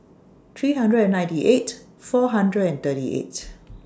three hundred and ninety eight four hundred and thirty eight